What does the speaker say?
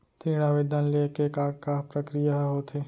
ऋण आवेदन ले के का का प्रक्रिया ह होथे?